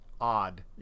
odd